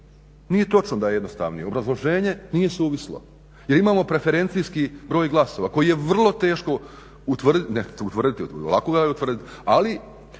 Nije točno da je jednostavnije, obrazloženje nije suvislo jer imamo preferencijski broj glasova koji je vrlo teško utvrditi, ne utvrditi lako ga je utvrditi. Ali